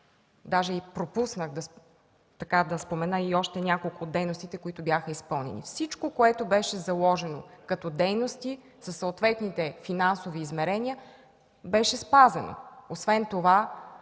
даже пропуснах да спомена и още няколко от дейностите, които бяха изпълнени. Всичко, което беше заложено като дейности, със съответните финансови измерения, беше спазено. Освен това